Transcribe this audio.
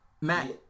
Matt